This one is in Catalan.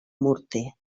morter